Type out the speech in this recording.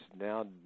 now